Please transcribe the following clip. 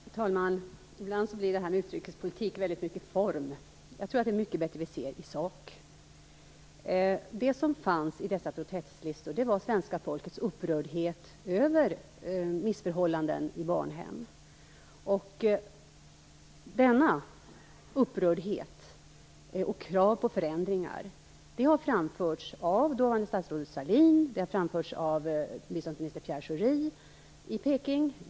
Fru talman! Ibland blir det här med utrikespolitik väldigt mycket form. Jag tror att det är mycket bättre att vi ser i sak. Det som fanns i dessa protestlistor var svenska folkets upprördhet över missförhållanden på barnhem i Kina. Denna upprördhet och krav på förändringar har framförts av dåvarande statsrådet Sahlin och av biståndsminister Pierre Schori i Peking.